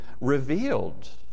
revealed